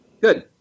Good